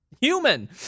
human